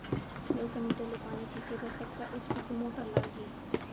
दो सौ मीटर ले पानी छिंचे बर कतका एच.पी के मोटर लागही?